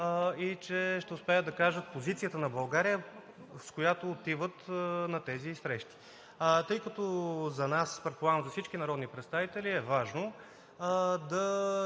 и че ще успеят да кажат позицията на България, с която отиват на тези срещи. Тъй като за нас, предполагам, за всички народни представители е важно да